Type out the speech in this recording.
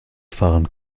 fahren